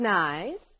nice